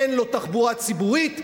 אין לו תחבורה ציבורית,